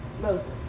Moses